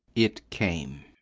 it came.